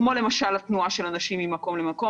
כמו למשל תנועה של אנשים ממקום למקום,